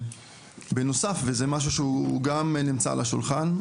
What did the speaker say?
בנוסף וזה משהו שהוא גם נמצא על השולחן,